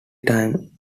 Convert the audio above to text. time